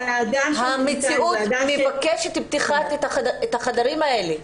המציאות מבקשת את החדרים האלה.